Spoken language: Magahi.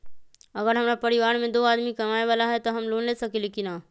अगर हमरा परिवार में दो आदमी कमाये वाला है त हम लोन ले सकेली की न?